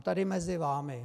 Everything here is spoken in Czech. Tady mezi vámi.